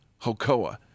HOKOA